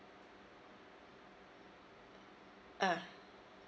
ah